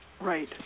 Right